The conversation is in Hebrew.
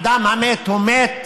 האדם המת הוא מת,